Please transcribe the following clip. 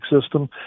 system